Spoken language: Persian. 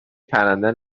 پرنده